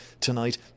tonight